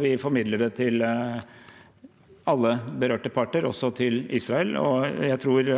vi formidler det til alle berørte parter, også til Israel. Jeg tror